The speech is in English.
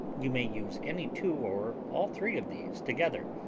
you may use any two or all three of these together.